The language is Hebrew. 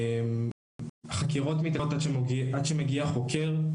חקירות מתעכבות עד שמגיע חוקר,